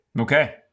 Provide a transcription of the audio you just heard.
Okay